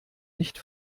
nicht